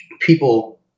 people